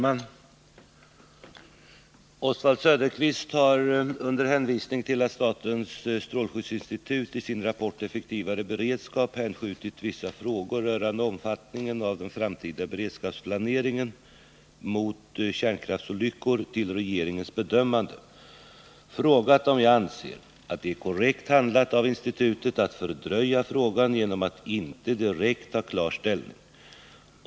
Fru talman! Oswald Söderqvist har — under hänvisning till att statens strålskyddsinstitut i sin rapport Effektivare beredskap hänskjutit vissa frågor rörande omfattningen av den framtida planeringen av beredskapen mot kärnkraftsolyckor till regeringens bedömande — frågat om jag anser att det är korrekt handlat av institutet att fördröja frågan genom att inte direkt ta klar ställning.